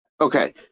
okay